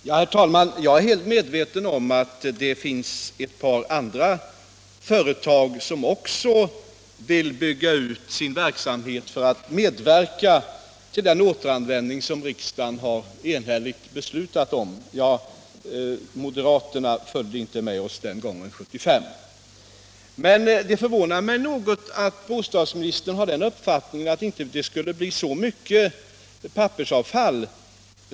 Herr talman! Jag är väl medveten om att det finns ett par andra företag som också vill bygga ut sin verksamhet för att medverka till den återvinning som riksdagen har beslutat om —- moderaterna följde inte med oss i beslutet 1975. Det förvånar mig något att bostadsministern har den uppfattningen att det inte skulle bli så mycket pappersavfall.